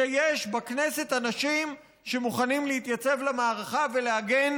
שיש בכנסת אנשים שמוכנים להתייצב למערכה ולהגן